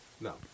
No